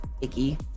icky